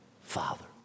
Father